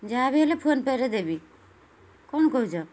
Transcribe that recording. ଯାହା ବି ହେଲେ ଫୋନ୍ ପେରେ ଦେବି କ'ଣ କହୁଛ